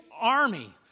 army